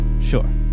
sure